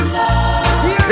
love